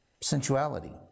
sensuality